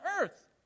earth